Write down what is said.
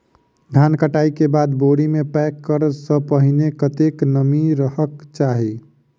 धान कटाई केँ बाद बोरी मे पैक करऽ सँ पहिने कत्ते नमी रहक चाहि?